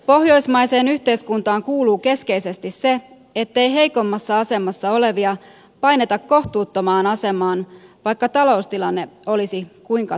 pohjoismaiseen yhteiskuntaan kuuluu keskeisesti se ettei heikoimmassa asemassa olevia paineta kohtuuttomaan asemaan vaikka taloustilanne olisi kuinka tukala